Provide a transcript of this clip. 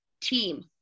team